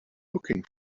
looking